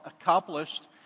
accomplished